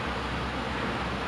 macam like dia orang just